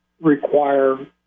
require